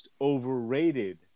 overrated